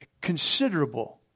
Considerable